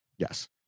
Yes